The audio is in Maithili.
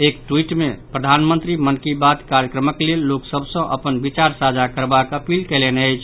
एक ट्वीट मे प्रधानमंत्री मन की बात कार्यक्रमक लेल लोक सभ सॅ अपन विचार साझा करबाक अपील कयलनि अछि